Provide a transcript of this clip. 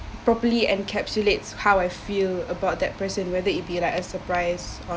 properly encapsulates how I feel about that person whether it be like a surprise